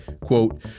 Quote